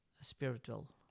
spiritual